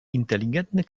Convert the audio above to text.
inteligentny